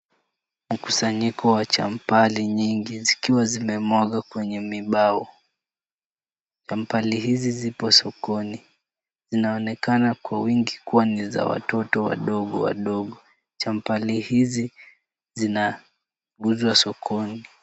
Mkusanyiko wa champali nyingi, zikiwa zimemwagwa kwenye mibao. Champali hizo zipo sokoni, zinaonekana kwa wingi kuwa ni za watoto wadogo. Champali hizi zinauzwa sokoni.